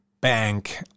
bank